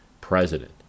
President